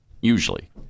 usually